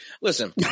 Listen